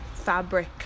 fabric